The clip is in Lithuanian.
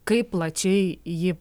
kaip plačiai ji